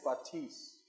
expertise